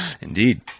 Indeed